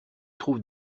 trouve